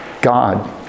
God